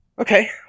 Okay